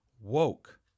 woke